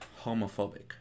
homophobic